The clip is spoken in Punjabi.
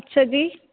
ਅੱਛਾ ਜੀ